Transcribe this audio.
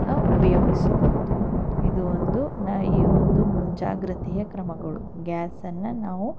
ಉಪಯೋಗಿಸಬಹುದು ಇದು ಒಂದು ಈ ಒಂದು ಮುಂಜಾಗ್ರತೆಯ ಕ್ರಮಗಳು ಗ್ಯಾಸನ್ನು ನಾವು